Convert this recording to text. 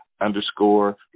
underscore